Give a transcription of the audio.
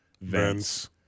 vents